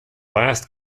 last